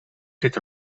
zit